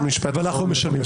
ואנחנו משלמים.